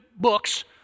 books